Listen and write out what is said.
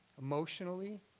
emotionally